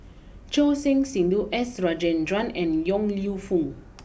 Choor Singh Sidhu S Rajendran and Yong Lew Foong